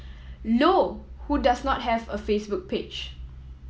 low who does not have a Facebook page